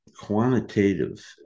quantitative